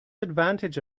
advantage